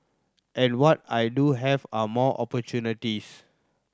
and what I do have are more opportunities